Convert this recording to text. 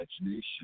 imagination